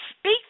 speak